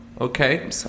okay